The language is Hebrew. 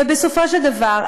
ובסופו של דבר,